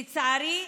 לצערי,